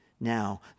Now